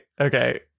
Okay